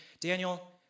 Daniel